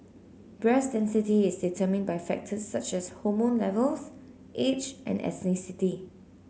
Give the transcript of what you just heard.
breast density is determined by factors such as hormone levels age and ethnicity